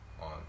on